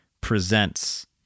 presents